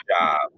job